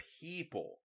people